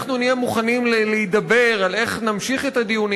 אנחנו נהיה מוכנים להידבר איך נמשיך את הדיונים,